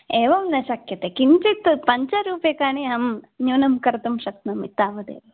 एवं न शक्यते किञ्चित् पञ्चरूप्यकाणि अहं न्यूनं कर्तुं शक्नोमि तावदेव